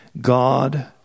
God